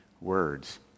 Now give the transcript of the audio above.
words